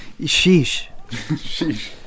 Sheesh